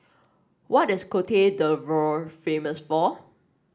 what is Cote d'Ivoire famous for